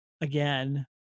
Again